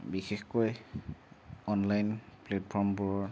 বিশেষকৈ অনলাইন প্লেটফৰ্মবোৰৰ